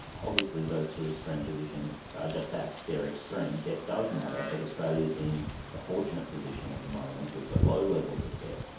obviously those two extreme positions are just that, they are extreme. debt does matter, but australia is in a fortunate position at the moment. we've got low levels of debt,